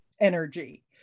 energy